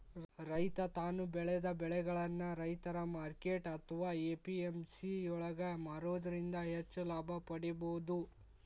ರೈತ ತಾನು ಬೆಳೆದ ಬೆಳಿಗಳನ್ನ ರೈತರ ಮಾರ್ಕೆಟ್ ಅತ್ವಾ ಎ.ಪಿ.ಎಂ.ಸಿ ಯೊಳಗ ಮಾರೋದ್ರಿಂದ ಹೆಚ್ಚ ಲಾಭ ಪಡೇಬೋದು